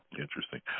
Interesting